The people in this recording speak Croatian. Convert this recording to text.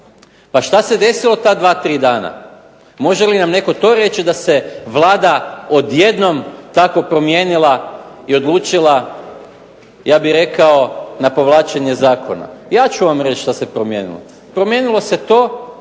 Pa šta se desilo ta dva, tri dana. Može li nam netko to reći da se Vlada odjednom tako promijenila i odlučila ja bih rekao na povlačenje zakona. Ja ću vam reći šta se promijenilo. Promijenilo se to